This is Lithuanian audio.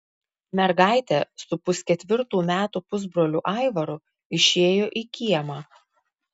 mergaitė su pusketvirtų metų pusbroliu aivaru išėjo į kiemą